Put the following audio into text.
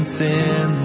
sin